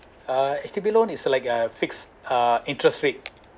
uh H_D_B loan is like a fixed uh interest rate